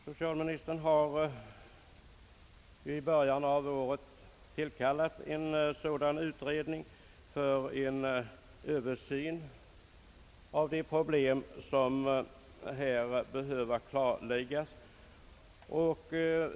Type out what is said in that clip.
Socialministern har i början av året tillsatt en utredning för Ööversyn av de problem som behöver kartläggas.